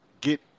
get